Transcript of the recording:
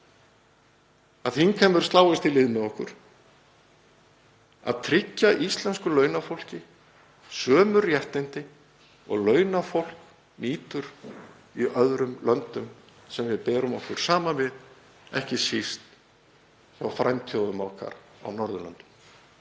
að þingheimur sláist í lið með okkur, að tryggja íslensku launafólki sömu réttindi og launafólk nýtur í öðrum löndum sem við berum okkur saman við og á ég þá ekki síst við frændþjóðir okkar á Norðurlöndum